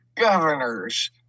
Governors